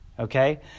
Okay